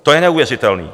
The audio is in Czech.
To je neuvěřitelé!